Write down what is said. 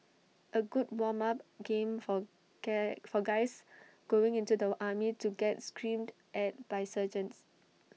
A good warm up game for get for guys going into the army to get screamed at by sergeants